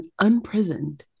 Unprisoned